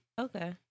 Okay